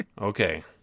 okay